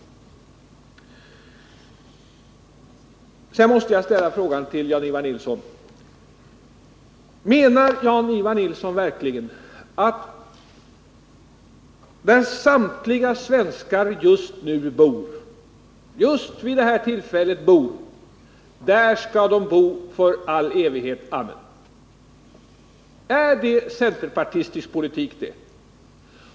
Sedan måste jag fråga Jan-Ivan Nilsson om han verkligen menar att samtliga svenskar för all evighet skall bo på den ort där de just nu bor. Är det centerpartiets politik?